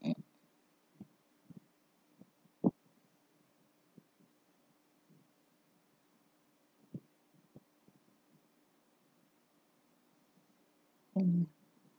mm